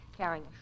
carrying